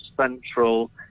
central